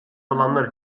olanlar